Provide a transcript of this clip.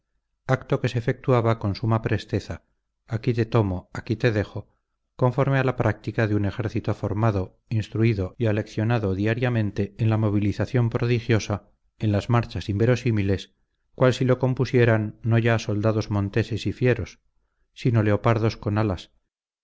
acto que se efectuaba con suma presteza aquí te tomo aquí te dejo conforme a la táctica de un ejército formado instruido y aleccionado diariamente en la movilización prodigiosa en las marchas inverosímiles cual si lo compusieran no ya soldados monteses y fieros sino leopardos con alas